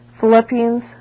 Philippians